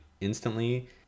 instantly